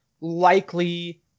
likely